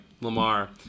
lamar